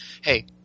hey